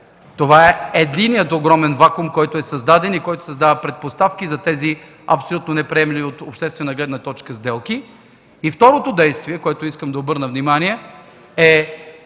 Това е единият огромен вакуум, който създава предпоставки за тези абсолютно неприемливи от обществена гледна точка сделки. Второто действие, на което искам да обърна внимание, е,